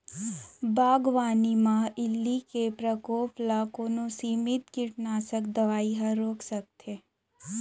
बागवानी म इल्ली के प्रकोप ल कोन सीमित कीटनाशक दवई ह रोक सकथे?